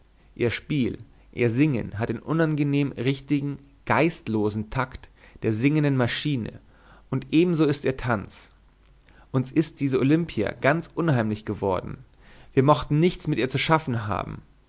ihr spiel ihr singen hat den unangenehm richtigen geistlosen takt der singenden maschine und ebenso ist ihr tanz uns ist diese olimpia ganz unheimlich geworden wir mochten nichts mit ihr zu schaffen haben